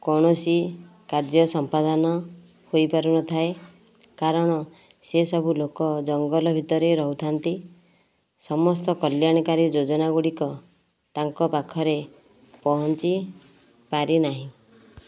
କୌଣସି କାର୍ଯ୍ୟ ସମ୍ପାଦନ ହୋଇ ପାରୁନଥାଏ କାରଣ ସେସବୁ ଲୋକ ଜଙ୍ଗଲ ଭିତରେ ରହିଥାନ୍ତି ସମସ୍ତ କଲ୍ୟାଣକାରୀ ଯୋଜନା ଗୁଡ଼ିକ ତାଙ୍କ ପାଖରେ ପହଞ୍ଚି ପାରିନାହିଁ